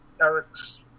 Eric's